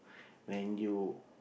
when you